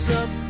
up